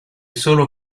sono